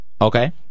okay